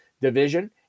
division